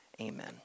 Amen